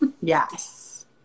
Yes